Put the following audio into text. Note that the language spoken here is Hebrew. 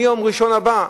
מיום ראשון הבא,